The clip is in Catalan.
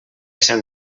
sant